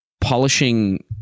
polishing